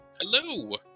Hello